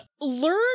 Learn